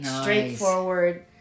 straightforward